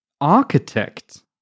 architect